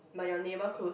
but your neighbor close ah